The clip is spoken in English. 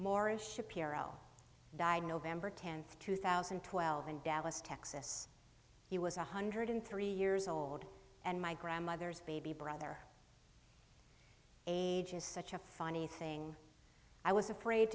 more a shapiro died november tenth two thousand and twelve in dallas texas he was one hundred three years old and my grandmother's baby brother age is such a funny thing i was afraid